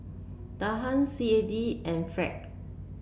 Dirham C A D and Franc